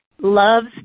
loves